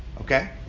Okay